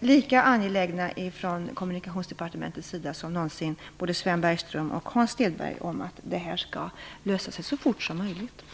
ändå säga att vi från Kommunikationsdepartementet är lika angelägna som Sven Bergström och Hans Stenberg om att det här skall lösa sig så fort som möjligt.